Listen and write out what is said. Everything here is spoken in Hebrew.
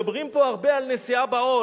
מדברים פה הרבה על נשיאה בעול,